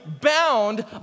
bound